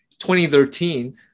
2013